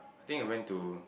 I think I went to